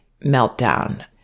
meltdown